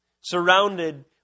Surrounded